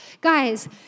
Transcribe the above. Guys